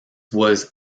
was